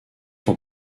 font